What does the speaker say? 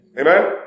Amen